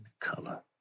color